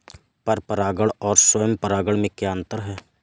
पर परागण और स्वयं परागण में क्या अंतर है?